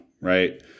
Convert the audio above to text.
right